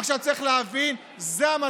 עכשיו, צריך להבין, זה המצב.